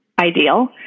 ideal